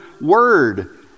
word